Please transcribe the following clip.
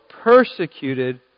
persecuted